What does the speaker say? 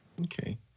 okay